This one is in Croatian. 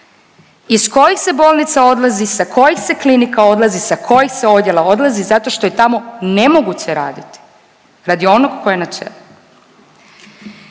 iz kojih se bolnica odlazi, sa kojih se klinika odlazi, sa kojih se odjela odlazi zato što je tamo nemoguće raditi radi onog koji je na čelu.